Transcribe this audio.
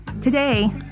Today